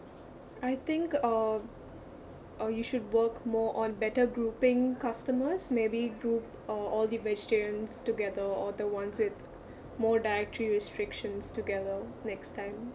I think uh uh you should work more on better grouping customers maybe do uh all the vegetarians together or the ones with more dietary restrictions together next time